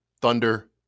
Thunder